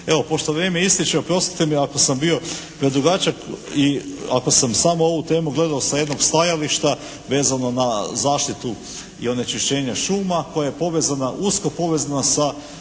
Evo pošto mi vrijeme ističe, oprostite mi ako sam bio predugačak i ako sam samo ovu temu gledao sa jednog stajališta vezano na zaštitu i onečišćenje šuma koja je povezana, usko povezana sa